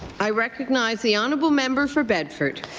i recognize the honourable member for bedford.